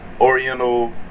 oriental